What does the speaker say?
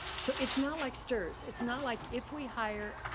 so it's not like strs, it's not like if we hire,